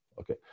okay